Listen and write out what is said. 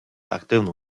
активну